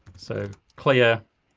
so clear.